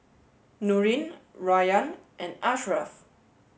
Nurin Rayyan and Ashraff